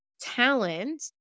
talent